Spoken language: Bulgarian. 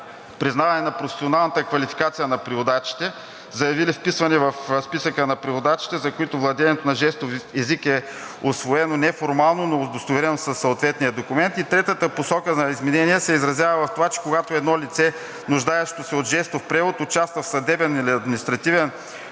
признаване на професионалната квалификация на преводачите, заявили вписване в списъка на преводачите, за които владеенето на жестов език е усвоено неформално, но е удостоверено със съответния документ. Третата посока за изменение се изразява в това, че когато едно лице, нуждаещо се от жестов превод, участва в съдебен или административен